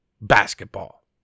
basketball